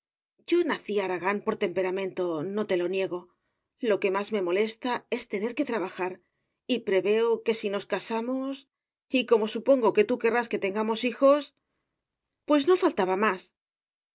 nací haragán por temperamento no te lo niego lo que más me molesta es tener que trabajar y preveo que si nos casamos y como supongo que tú querrás que tengamos hijos pues no faltaba más